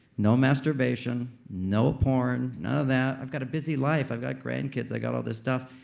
no masturbation. no porn. none of that i've got a busy life. i've got grandkids. i got all this stuff.